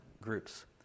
groups